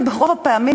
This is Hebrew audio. וברוב הפעמים,